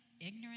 ignorant